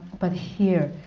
but here,